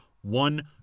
One